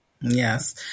Yes